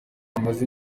amaze